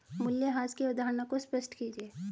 मूल्यह्रास की अवधारणा को स्पष्ट कीजिए